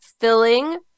filling